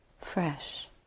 fresh